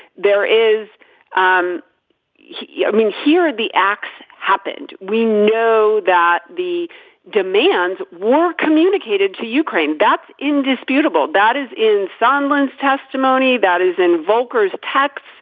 there is um you i mean here are the acts happened. we know that the demands were communicated to ukraine. that's indisputable. that is in someone's testimony that is in volcker's texts.